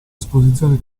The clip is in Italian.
esposizioni